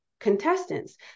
contestants